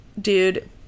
Dude